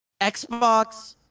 Xbox